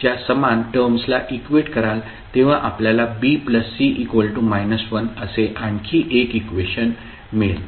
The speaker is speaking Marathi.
च्या समान टर्म्सला इक्वेट कराल तेव्हा आपल्याला BC −1 असे आणखी एक इक्वेशन मिळेल